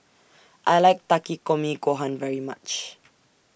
I like Takikomi Gohan very much